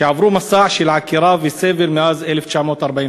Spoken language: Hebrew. שעברו מסע של עקירה וסבל מאז 1948,